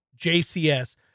JCS